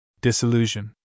Disillusion